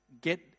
get